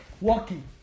walking